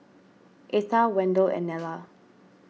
Etha Wendell and Nella